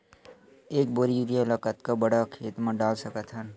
एक बोरी यूरिया ल कतका बड़ा खेत म डाल सकत हन?